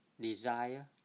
desire